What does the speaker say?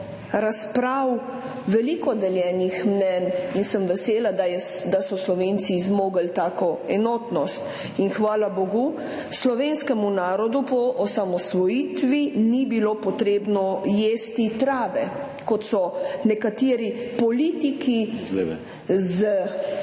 razprav, veliko deljenih mnenj. In sem vesela, da so Slovenci zmogli tako enotnost in, hvala bogu, slovenskemu narodu po osamosvojitvi ni bilo potrebno jesti trave, kot so nekateri politiki z